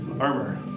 Armor